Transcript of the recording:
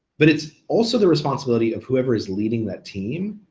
but it's also the responsibility of whoever is leading that team